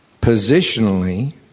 positionally